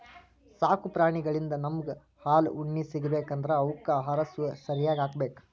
ಸಾಕು ಪ್ರಾಣಿಳಿಂದ್ ನಮ್ಗ್ ಹಾಲ್ ಉಣ್ಣಿ ಸಿಗ್ಬೇಕ್ ಅಂದ್ರ ಅವಕ್ಕ್ ಆಹಾರ ಸರ್ಯಾಗ್ ಹಾಕ್ಬೇಕ್